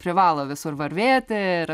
privalo visur varvėti ir